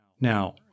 Now